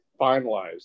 finalized